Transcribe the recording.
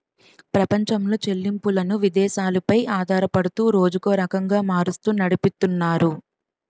ప్రపంచంలో చెల్లింపులను విదేశాలు పై ఆధారపడుతూ రోజుకో రకంగా మారుస్తూ నడిపితున్నారు